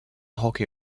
hockey